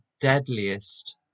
deadliest